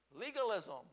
legalism